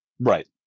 Right